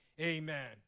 amen